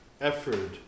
effort